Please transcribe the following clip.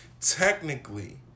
technically